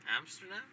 Amsterdam